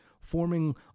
Forming